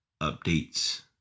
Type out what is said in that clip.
updates